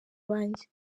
banjye